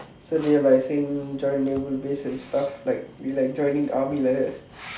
so they were like saying join naval base and stuff like we like joining army like that